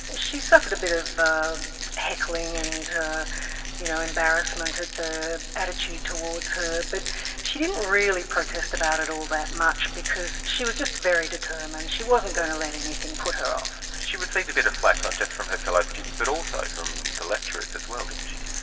and she suffered a bit of heckling and you know embarrassment at the attitude towards her, but she didn't really protest about it all that much because she was just very determined. she wasn't going to let anything put her off. she received a bit of flak not just from her fellow students but also from the lecturers as well, didn't she.